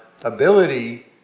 ability